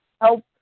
help